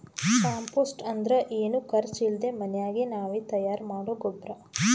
compost ಅಂದ್ರ ಏನು ಖರ್ಚ್ ಇಲ್ದೆ ಮನ್ಯಾಗೆ ನಾವೇ ತಯಾರ್ ಮಾಡೊ ಗೊಬ್ರ